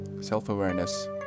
self-awareness